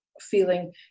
feeling